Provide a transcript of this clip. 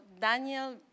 Daniel